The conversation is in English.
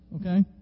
Okay